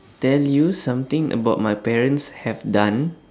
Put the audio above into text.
tell you something about my parents have done